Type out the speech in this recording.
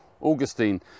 Augustine